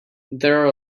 there